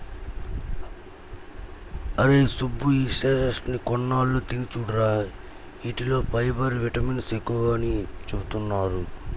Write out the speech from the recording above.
అరేయ్ సుబ్బు, ఈ చెస్ట్నట్స్ ని కొన్నాళ్ళు తిని చూడురా, యీటిల్లో ఫైబర్, విటమిన్లు ఎక్కువని చెబుతున్నారు